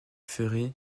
ferré